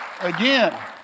again